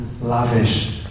lavish